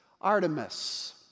Artemis